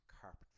carpet